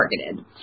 targeted